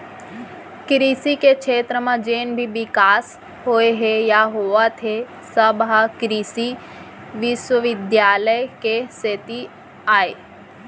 कृसि के छेत्र म जेन भी बिकास होए हे या होवत हे सब ह कृसि बिस्वबिद्यालय के सेती अय